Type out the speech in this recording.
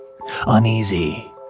uneasy